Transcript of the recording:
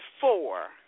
four